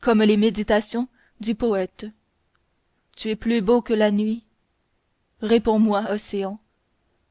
comme les méditations du poëte tu es plus beau que la nuit réponds-moi océan